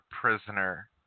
prisoner